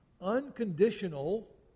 unconditional